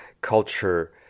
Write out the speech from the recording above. culture